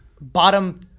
bottom